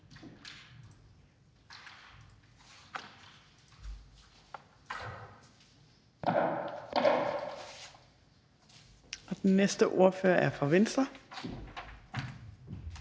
så den næste ordfører er fra Dansk